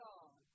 God